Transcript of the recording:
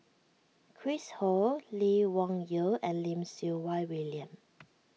Chris Ho Lee Wung Yew and Lim Siew Wai William